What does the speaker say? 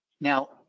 Now